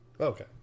Okay